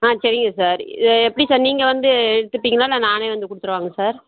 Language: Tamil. ஆ சரிங்க சார் இதை எப்படி சார் நீங்கள் வந்து எடுத்துப்பீங்களா இல்லை நானே வந்து கொடுத்துருவாங்க சார்